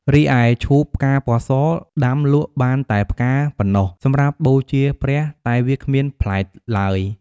រីឯឈូកផ្កាពណ៌ស ដាំលក់បានតែផ្កាប៉ុណ្ណោះសម្រាប់បូជាព្រះ តែវាគ្មានផ្លែឡើយ ។